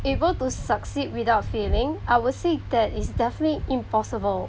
able to succeed without failing I will say that it's definitely impossible